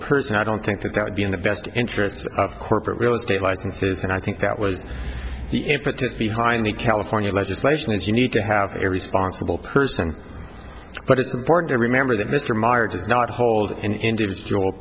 person i don't think that that would be in the best interests of corporate real estate licenses and i think that was the impetus behind the california legislation is you need to have a responsible person but it's important to remember that mr meyer does not hold an individual